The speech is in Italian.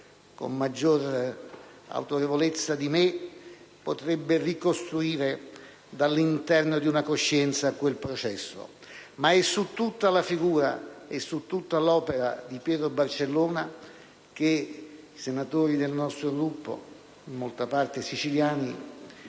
con maggior autorevolezza di me potrebbe ricostruire dall'interno di una coscienza quel processo. Ma è su tutta la figura e su tutta l'opera di Pietro Barcellona che i senatori del nostro Gruppo, in molta parte siciliani,